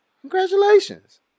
Congratulations